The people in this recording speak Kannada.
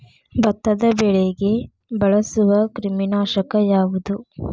ಭತ್ತದ ಬೆಳೆಗೆ ಬಳಸುವ ಕ್ರಿಮಿ ನಾಶಕ ಯಾವುದು?